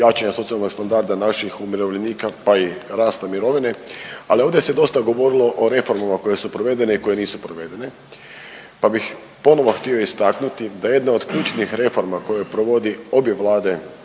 jačanja socijalnog standarda naših umirovljenika pa i raste mirovine, ali ovdje se dosta govorilo o reformama koje su provedene i koje nisu provedene, pa bih ponovo htio istaknuti da je jedna ključni reforma koje provodi obje Vlade